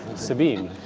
sabine?